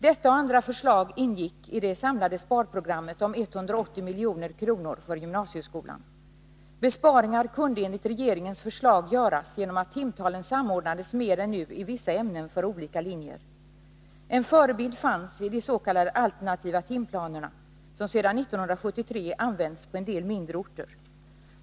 Detta och andra förslag ingick i det samlade sparprogrammet om 180 milj.kr. för gymnasieskolan. Besparingar kunde enligt regeringens förslag göras genom att timtalen samordnades mer än nu i vissa ämnen för olika linjer. En förebild fanns i de s.k. alternativa timplanerna, som sedan 1973 använts på en del mindre orter.